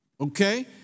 okay